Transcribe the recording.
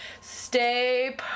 stay